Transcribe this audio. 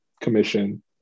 commission